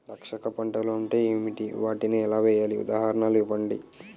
రక్షక పంటలు అంటే ఏంటి? వాటిని ఎలా వేయాలి? ఉదాహరణలు ఇవ్వండి?